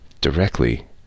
directly